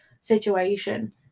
situation